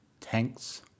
tanks